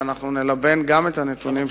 ואנחנו נלבן גם את הנתונים האלה.